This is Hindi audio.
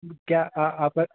क्या आ आप बस